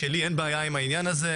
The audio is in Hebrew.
שלי אין בעיה עם העניין הזה,